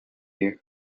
you